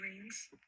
rings